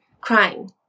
Crying